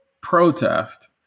protest